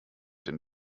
den